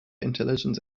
intelligence